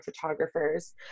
photographers